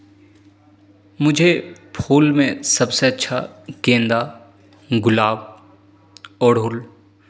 मुझे फूल में सबसे अच्छा गेंदा गुलाब अरहुल